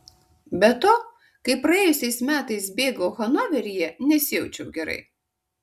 be to kai praėjusiais metais bėgau hanoveryje nesijaučiau gerai